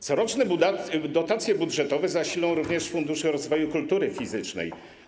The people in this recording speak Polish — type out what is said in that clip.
Coroczne dotacje budżetowe zasilą również Fundusz Rozwoju Kultury Fizycznej.